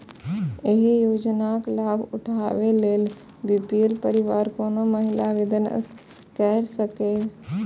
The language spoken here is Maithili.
एहि योजनाक लाभ उठाबै लेल बी.पी.एल परिवारक कोनो महिला आवेदन कैर सकैए